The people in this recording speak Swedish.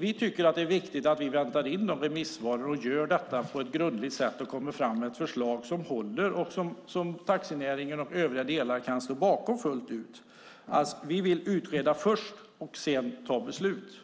Vi tycker att det är viktigt att vi väntar in remissvaren och kommer fram med ett förslag som håller och som taxinäringen och övriga delar kan stå bakom fullt ut. Vi vill utreda först och sedan fatta beslut.